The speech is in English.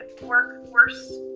workforce